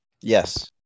Yes